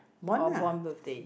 or born birthday